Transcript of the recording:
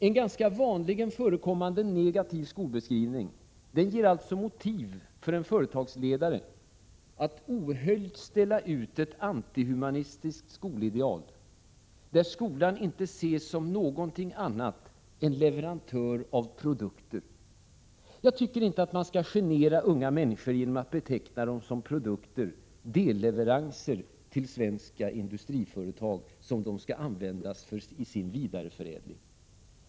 En ganska vanligen förekommande negativ skolbeskrivning ger alltså motiv för en företagsledare att ohöljt ställa ut ett antihumanistiskt skolideal, där skolan inte ses som någonting annat än leverantör av produkter. Jag tycker inte att man skall genera unga människor genom att beteckna dem som produkter, delleveranser till svenska industriföretag som dessa skall använda i sin vidareförädling.